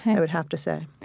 i would have to say